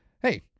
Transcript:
hey